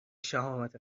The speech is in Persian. شهامت